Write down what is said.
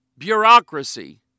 bureaucracy